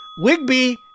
Wigby